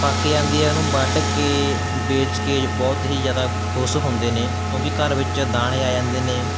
ਬਾਕੀਆਂ ਦੀਆਂ ਨੂੰ ਵੱਢ ਕਿ ਵੇਚ ਕੇ ਬਹੁਤ ਹੀ ਜ਼ਿਆਦਾ ਖੁਸ਼ ਹੁੰਦੇ ਨੇ ਕਿਉਂਕਿ ਘਰ ਵਿੱਚ ਦਾਣੇ ਆ ਜਾਂਦੇ ਨੇ